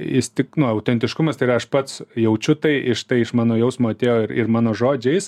jis tik nu autentiškumas tai yra aš pats jaučiu tai iš tai iš mano jausmo atėjo ir ir mano žodžiais